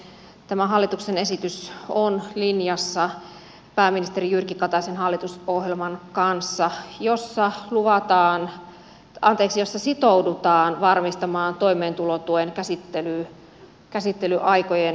tämä hallituksen esitys on linjassa pääministeri jyrki kataisen hallitusohjelman kanssa jossa sitoudutaan varmistamaan toimeentulotuen käsittelyaikojen toimivuus